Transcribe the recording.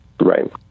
Right